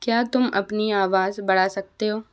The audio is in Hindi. क्या तुम अपनी आवाज़ बढ़ा सकते हो